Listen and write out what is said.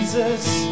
Jesus